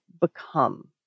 become